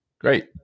great